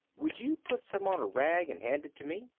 would you put some on a rag and hand it to me.